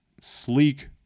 sleek